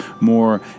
more